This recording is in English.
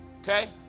Okay